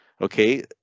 okay